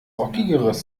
rockigeres